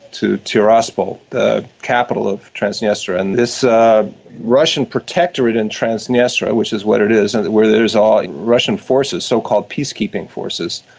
to tiraspol, the capital of transnistria. and this russian protectorate in transnistria, which is what it is, and where there are russian forces, so-called peacekeeping forces,